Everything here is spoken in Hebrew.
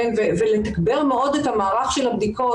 ולתגבר מאוד את המערך של הבדיקות,